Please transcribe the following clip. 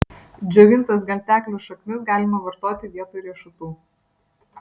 džiovintas gelteklių šaknis galima vartoti vietoj riešutų